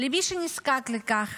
למי שנזקק לכך.